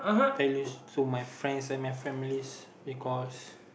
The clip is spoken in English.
tell news to my friends and my families because